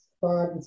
five